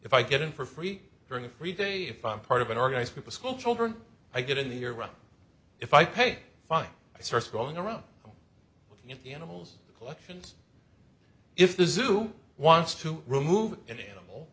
if i get in for free during a free day if i'm part of an organized group of school children i get in the year round if i pay five starts going around looking at the animals collections if the zoo wants to remove an animal